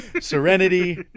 Serenity